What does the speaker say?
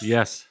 Yes